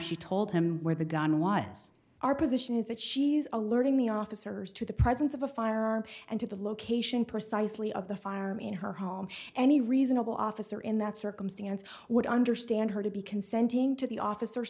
she told him where the gun was our position is that she's alerting the officers to the presence of a firearm and to the location precisely of the firearm in her home any reasonable officer in that circumstance would understand her to be consenting to the officer